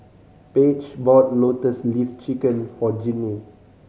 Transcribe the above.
Paige bought Lotus Leaf Chicken for Jinnie